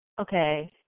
Okay